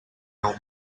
meu